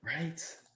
Right